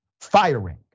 firing